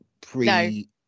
pre